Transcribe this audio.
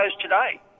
today